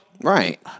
Right